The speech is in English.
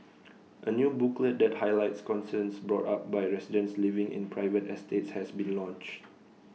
A new booklet that highlights concerns brought up by residents living in private estates has been launched